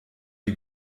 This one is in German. die